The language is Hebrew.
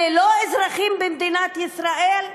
אלה לא אזרחים במדינת ישראל?